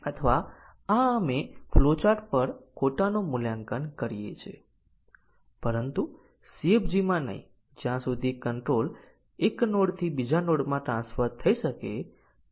તેથી આ short circuit મૂલ્યાંકન છે કમ્પાઇલર દ્વારા અપનાવવામાં આવેલી કેટલીક શોર્ટ સર્કિટ મૂલ્યાંકન તકનીકીઓ છે